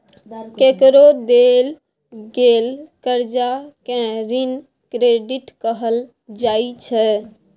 केकरो देल गेल करजा केँ ऋण क्रेडिट कहल जाइ छै